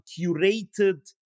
curated